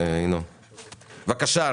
בבקשה.